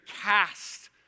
cast